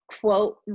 quote